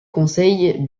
conseil